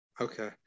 Okay